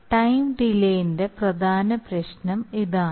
time ഡിലേന്റെ പ്രധാന പ്രശ്നം ഇതാണ്